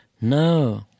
No